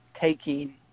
taking